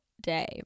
day